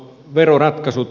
veroratkaisut